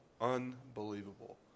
unbelievable